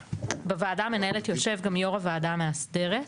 בוועדה המנהלת גם יושב גם יו"ר הוועדה המאסדרת.